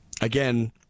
Again